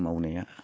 मावनाया